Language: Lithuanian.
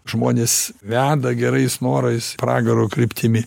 žmones veda gerais norais pragaro kryptimi